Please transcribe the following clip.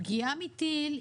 פגיעה מטיל,